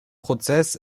prozess